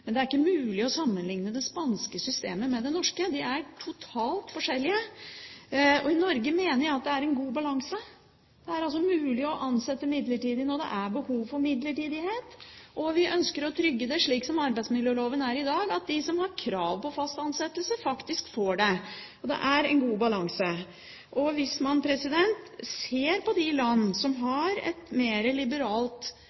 men det er ikke mulig å sammenligne det spanske systemet med det norske. De er totalt forskjellige. I Norge mener jeg at det er en god balanse. Det er altså mulig å ansette midlertidig, når det er behov for midlertidighet, og vi ønsker å trygge det slik som arbeidsmiljøloven er i dag, at de som har krav på fast ansettelse, faktisk får det. Så det er en god balanse. Hvis man ser på de land som